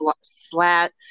slat